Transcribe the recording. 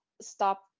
stop